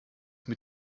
mit